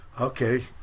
Okay